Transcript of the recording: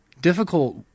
difficult